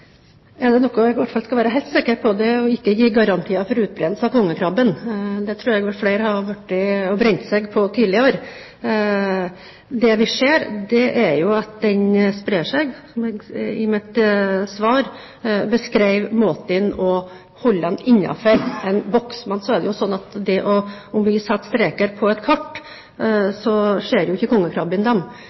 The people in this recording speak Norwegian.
Er det noe jeg i hvert fall er sikker på, er det det å ikke gi garantier knyttet til utbredelse av kongekrabben. Det tror jeg flere har brent seg på tidligere. Det vi ser, er jo at den sprer seg. I mitt svar beskrev jeg måten en kan holde dem innenfor en «boks» på. Så er det jo sånn at om vi setter streker på et kart, så